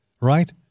Right